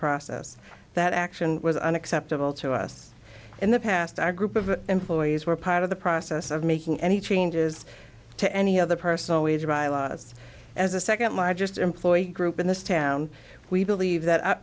process that action was unacceptable to us in the past our group of employees were part of the process of making any changes to any other person always as a second largest employer group in this town we believe that